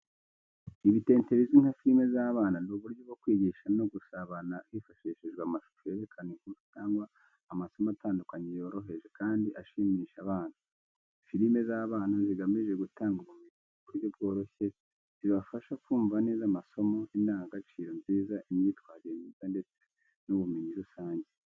Ibitente bizwi nka firime z’abana ni uburyo bwo kwigisha no gusabana hifashishijwe amashusho yerekana inkuru cyangwa amasomo atandukanye yoroheje kandi ashimishije abana. Firime z’abana zigamije gutanga ubumenyi mu buryo bworoshye, zibafasha kumva neza amasomo, indangagaciro nziza, imyitwarire myiza ndetse n’ubumenyi rusange.